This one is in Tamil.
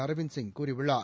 அரவிந்த் சிங் கூறியுள்ளார்